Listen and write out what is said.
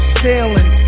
sailing